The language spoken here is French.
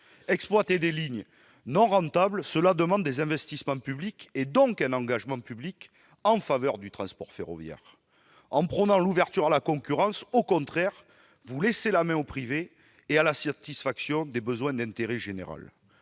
Exploiter des lignes non rentables, cela demande des investissements publics, donc un engagement public en faveur du transport ferroviaire. En prônant l'ouverture à la concurrence, au contraire, vous laissez la main au privé sur la satisfaction de besoins d'intérêt général.